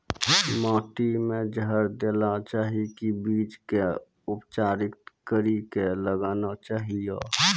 माटी मे जहर देना चाहिए की बीज के उपचारित कड़ी के लगाना चाहिए?